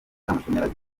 amashanyarazi